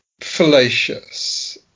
fallacious